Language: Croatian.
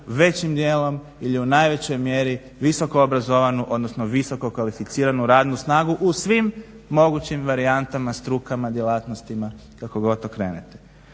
većim dijelom ili u najvećoj mjeri visoko obrazovanu odnosno visoko kvalificiranu radnu snagu u svim mogućim varijantama, strukama, djelatnostima, kako god okrenete.